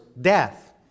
death